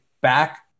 back